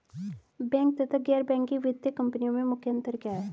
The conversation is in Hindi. बैंक तथा गैर बैंकिंग वित्तीय कंपनियों में मुख्य अंतर क्या है?